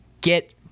get